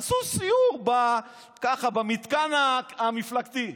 עשו סיור, ככה, במתקן המפלגתי.